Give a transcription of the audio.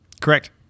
Correct